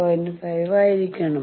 5 ആയിരിക്കണം